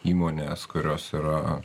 įmonės kurios yra